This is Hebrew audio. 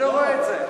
אני לא רואה את זה.